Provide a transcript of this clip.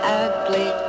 ugly